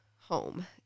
home